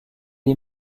est